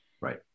right